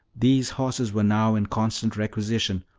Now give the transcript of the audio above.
these horses were now in constant requisition,